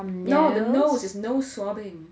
no it's nose it's nose swabbing